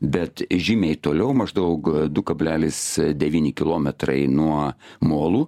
bet žymiai toliau maždaug du kablelis devyni kilometrai nuo molų